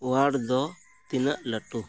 ᱳᱣᱟᱝ ᱫᱚ ᱛᱤᱱᱟᱹᱜ ᱞᱟᱹᱴᱩ